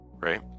right